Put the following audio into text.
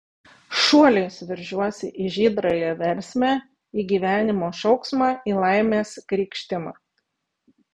šuoliais veržiuosi į žydrąją versmę į gyvenimo šauksmą į laimės krykštimą